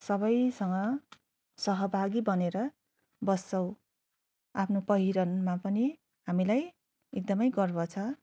सबैसँग सहभागी बनेर बस्छौँ आफ्नो पहिरनमा पनि हामीलाई एकदमै गर्व छ